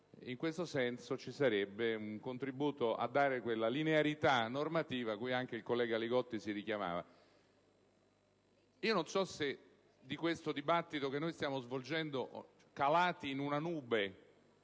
In questo senso si offrirebbe un contributo a quella linearità normativa cui anche il collega Li Gotti si richiamava. Non so se nel dibattito che stiamo svolgendo, calati in una nube